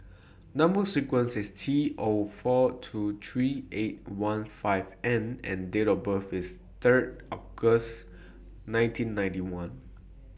Number sequence IS T O four two three eight one five N and Date of birth IS Third August nineteen ninety one